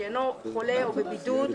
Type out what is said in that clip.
שאינו חולה או בבידוד,